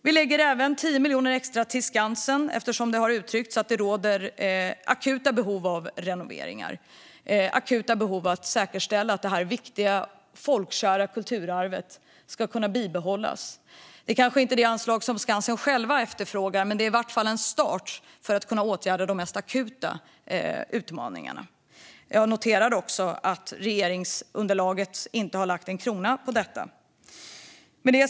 Vi lägger även 10 miljoner extra till Skansen eftersom det råder ett akut behov av renoveringar där för att kunna säkerställa att detta viktiga och folkkära kulturarv kan bibehållas. Det är kanske inte det anslag som Skansen efterfrågar, men det är i varje fall en start för att kunna åtgärda det mest akuta. Jag noterar att regeringsunderlaget inte lägger en krona på detta.